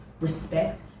respect